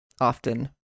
often